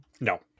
No